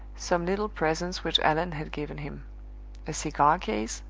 some little presents which allan had given him a cigar case,